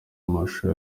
amashusho